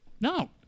No